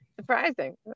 surprising